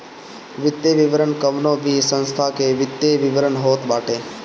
वित्तीय विवरण कवनो भी संस्था के वित्तीय विवरण होत बाटे